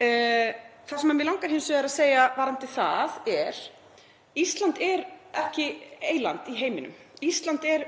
Það sem mig langar hins vegar að segja varðandi það er að Ísland er ekki eyland í heiminum. Ísland er